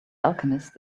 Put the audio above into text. alchemist